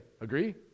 Agree